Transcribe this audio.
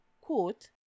quote